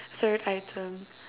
third item